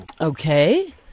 Okay